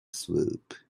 swoop